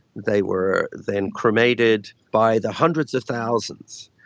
they were then cremated by the hundreds of thousands.